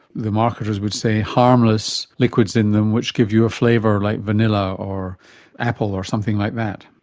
the marketers would say, harmless liquids in them which give you a flavour like vanilla or apple or something like that.